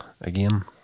Again